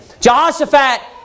Jehoshaphat